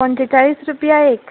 पंचेचाळीस रुपया एक